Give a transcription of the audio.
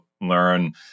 learn